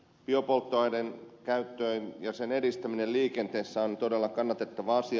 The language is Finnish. biopolttoaineiden käyttö ja sen edistäminen liikenteessä on todella kannatettava asia